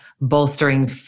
bolstering